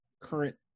current